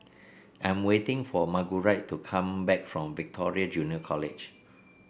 I'm waiting for Margurite to come back from Victoria Junior College